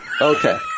Okay